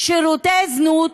שירותי זנות,